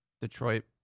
Detroit